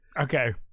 Okay